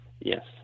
Yes